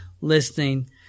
listening